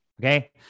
Okay